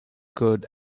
good